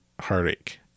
Heartache